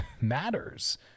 matters